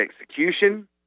execution